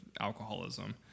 alcoholism